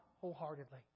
wholeheartedly